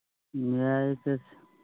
ꯌꯥꯏ ꯆꯠꯁꯤ